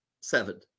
Seven